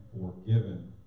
forgiven